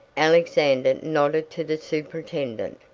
alexander nodded to the superintendent,